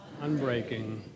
unbreaking